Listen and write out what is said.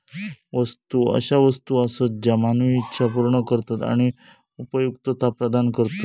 वस्तू अशा वस्तू आसत ज्या मानवी इच्छा पूर्ण करतत आणि उपयुक्तता प्रदान करतत